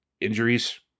injuries